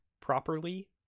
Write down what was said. properly